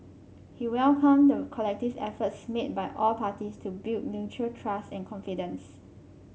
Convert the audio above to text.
he welcomed the collective efforts made by all parties to build mutual trust and confidence